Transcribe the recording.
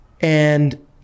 And-